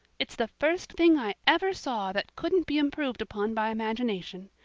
it's the first thing i ever saw that couldn't be improved upon by imagination.